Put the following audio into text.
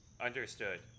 Understood